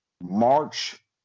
March